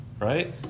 right